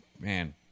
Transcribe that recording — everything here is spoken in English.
man